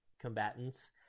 combatants